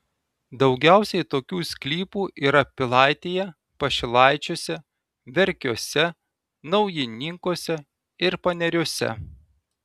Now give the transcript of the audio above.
daugiausiai tokių sklypų yra pilaitėje pašilaičiuose verkiuose naujininkuose ir paneriuose